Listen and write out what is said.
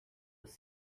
was